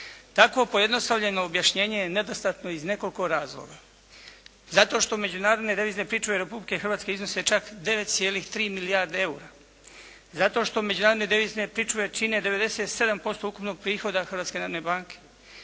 Takvo pojednostavljeno objašnjenje je nedostatno iz nekoliko razloga. Zato što međunarodne devizne pričuve Republike Hrvatske iznose čak 9,3 milijardi eura. Zašto što međunarodne devizne pričuve čine 97% ukupnog prihoda Hrvatske narodne banke.